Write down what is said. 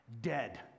Dead